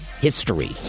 history